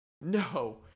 No